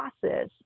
process